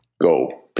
go